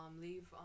leave